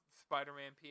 spider-man